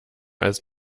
als